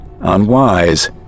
Unwise